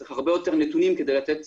צריך הרבה יותר נתונים כדי לתת